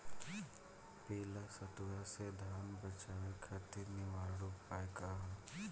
पीला रतुआ से धान बचावे खातिर निवारक उपाय का ह?